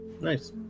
Nice